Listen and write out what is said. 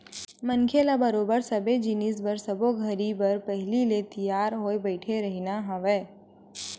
मनखे ल बरोबर सबे जिनिस बर सब्बो घरी बर पहिली ले तियार होय बइठे रहिना हवय